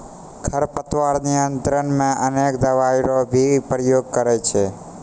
खरपतवार नियंत्रण मे अनेक दवाई रो भी प्रयोग करे छै